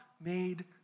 made